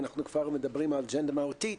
אם אנחנו כבר מדברים על אג'נדה מהותית,